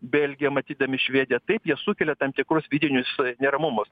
belgiją matydami švediją taip jie sukelia tam tikrus vidinius neramumus